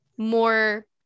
more